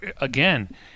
again